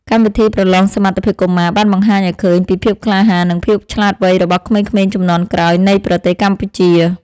កម្មវិធីប្រឡងសមត្ថភាពកុមារបានបង្ហាញឱ្យឃើញពីភាពក្លាហាន និងភាពឆ្លាតវៃរបស់ក្មេងៗជំនាន់ក្រោយនៃប្រទេសកម្ពុជា។